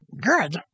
good